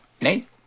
Nate